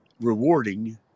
rewarding